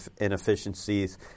inefficiencies